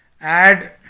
add